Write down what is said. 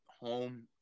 home